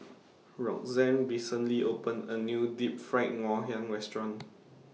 Roxane recently opened A New Deep Fried Ngoh Hiang Restaurant